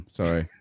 Sorry